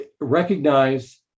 recognize